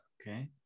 okay